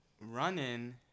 running